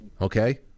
okay